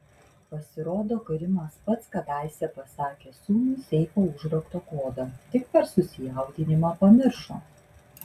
pasirodo karimas pats kadaise pasakė sūnui seifo užrakto kodą tik per susijaudinimą pamiršo